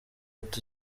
ati